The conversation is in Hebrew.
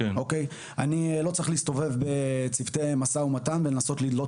ואני לא צריך להסתובב בין צוותי משא ומתן ולנסות לדלות